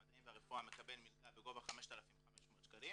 המדעים והרפואה מקבל מלגה בגובה 5,500 שקלים